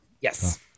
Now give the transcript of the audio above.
yes